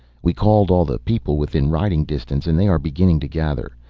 we called all the people within riding distance and they are beginning to gather.